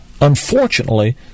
Unfortunately